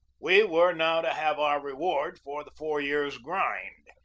we were now to have our reward for the four years' grind.